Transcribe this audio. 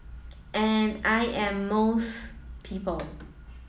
and I am most people